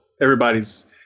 everybody's